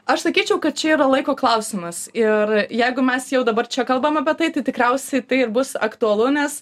aš sakyčiau kad čia yra laiko klausimas ir jeigu mes jau dabar čia kalbam apie tai tikriausiai tai bus aktualu nes